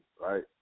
right